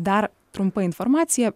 dar trumpa informacija